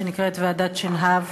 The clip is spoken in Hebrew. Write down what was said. שנקראת ועדת שנהב.